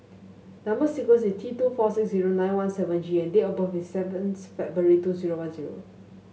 number sequence is T two four six zero nine one seven G and date of birth is seventh February two zero one zero